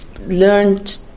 learned